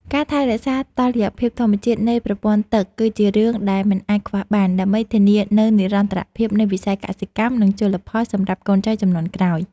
ការថែរក្សាតុល្យភាពធម្មជាតិនៃប្រព័ន្ធទឹកគឺជារឿងដែលមិនអាចខ្វះបាន ដើម្បីធានានូវនិរន្តរភាពនៃវិស័យកសិកម្ម និងជលផលសម្រាប់កូនចៅជំនាន់ក្រោយ។